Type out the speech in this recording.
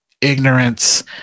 ignorance